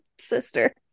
sister